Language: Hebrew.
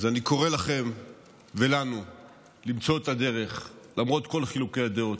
אז אני קורא לכם ולנו למצוא את הדרך למרות כל חילוקי הדעות,